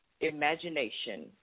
imagination